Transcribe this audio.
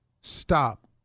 stop